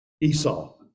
Esau